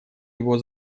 его